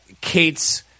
Kate's –